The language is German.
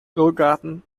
irrgarten